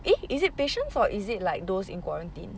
eh is it patient or is it like those in quarantine